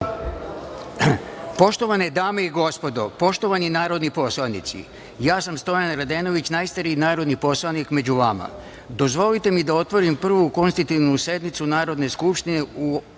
Poštovane dame i gospodo, poštovani narodni poslanici, ja sam Stojan Radenović, najstariji narodni poslanik među vama. Dozvolite mi da otvorim Prvu (konstitutivnu) sednicu Narodne skupštine u ovom